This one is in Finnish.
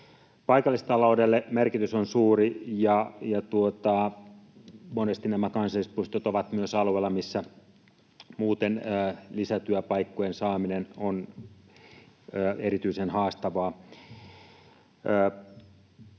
Paikallistaloudelle merkitys on suuri, ja monesti nämä kansallispuistot ovat myös alueella, missä muuten lisätyöpaikkojen saaminen on erityisen haastavaa.